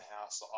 house